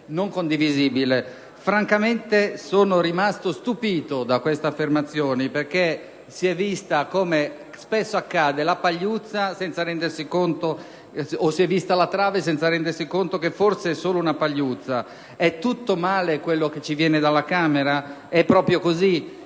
sia condivisibile. Francamente sono rimasto stupito da queste affermazioni perché - come spesso accade - si è vista la trave senza invece rendersi conto che forse si tratta solo di una pagliuzza. È tutto male quello che ci viene dalla Camera? È proprio così?